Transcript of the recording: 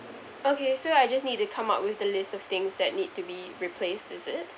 okay so I just need to come up with the list of things that need to be replaced is it